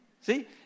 See